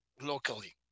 locally